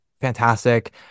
fantastic